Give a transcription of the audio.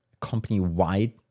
company-wide